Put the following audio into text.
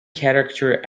character